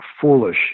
foolish